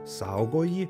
saugo jį